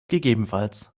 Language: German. ggf